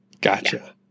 gotcha